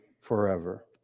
forever